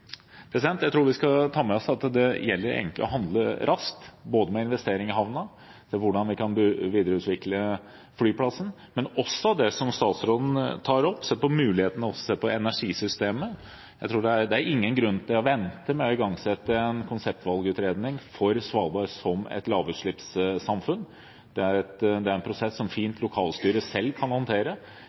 Jeg tror vi skal ta med oss at det egentlig gjelder å handle raskt både med investeringer i havna og hvordan vi kan videreutvikle flyplassen, og også det som statsråden tar opp, se på mulighetene, altså se på energisystemet. Det er ingen grunn til å vente med å igangsette en konseptvalgutredning for Svalbard som et lavutslippssamfunn. Det er en prosess som lokalstyret selv fint kan håndtere.